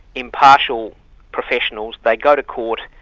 impartial professions they go to court,